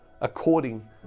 according